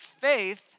faith